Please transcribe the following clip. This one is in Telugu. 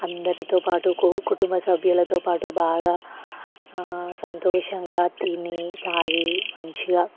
అందరితో పాటు కు కుటుంబ సభ్యులతోపాటు బాగా సంతోషంగా తిని తాగి మంచిగా